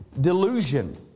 delusion